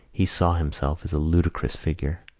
he saw himself as a ludicrous figure,